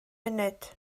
munud